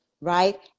right